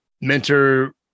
mentor